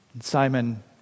Simon